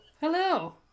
hello